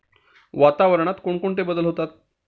वातावरणात कोणते बदल होतात?